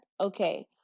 Okay